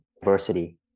Diversity